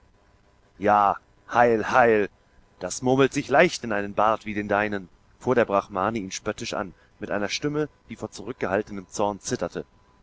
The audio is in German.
ja heil heil das murmelt sich leicht in einen bart wie den deinen fuhr der brahmane ihn spöttisch an mit einer stimme die vor zurückgehaltenem zorn zitterte